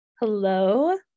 Hello